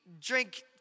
drink